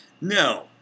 No